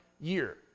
year